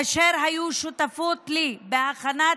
אשר היו שותפות לי בהכנת